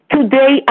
Today